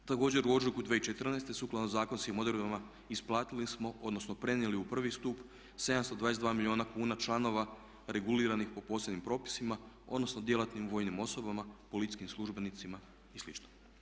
Također u ožujku 2014. sukladno zakonskim odredbama isplatili smo, odnosno prenijeli u 1. stup 722 milijuna kuna članova reguliranih po posebnim propisima, odnosno djelatnim vojnim osobama, policijskim službenicima i slično.